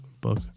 Book